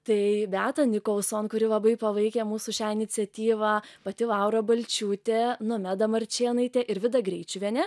tai beata nicholson kuri labai palaikė mūsų šią iniciatyvą pati laura balčiūtė nomeda marčėnaitė ir vida greičiuvienė